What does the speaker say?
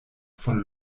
von